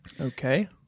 Okay